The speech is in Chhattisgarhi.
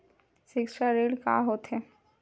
सिक्छा ऋण का होथे?